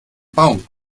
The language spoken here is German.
baum